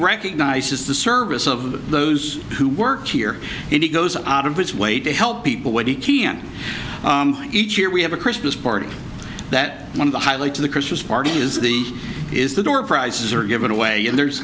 recognizes the service of those who work here and he goes out of his way to help people what he can each year we have a christmas party that one of the highlights of the christmas party is the is the door prizes are given away and there's